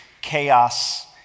chaos